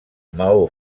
maó